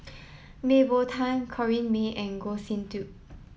Mah Bow Tan Corrinne May and Goh Sin Tub